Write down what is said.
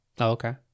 Okay